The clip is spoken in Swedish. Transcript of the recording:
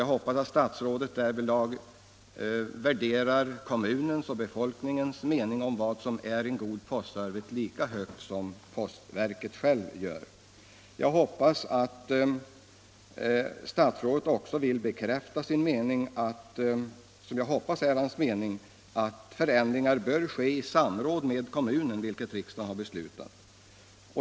Jag hoppas att statsrådet därvidlag värderar och lyssnar till kommunens och befolkningens mening om vad som är god postservice. Vidare hoppas jag att statsrådet även vill uttala som sin mening att förändringar bör ske i samförstånd med kommunen. Riksdagen har ju beslutat detta.